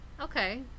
Okay